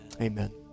amen